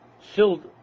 filled